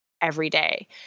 everyday